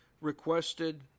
requested